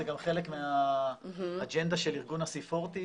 זה גם חלק מהאג'נדה של ארגון ה-C40,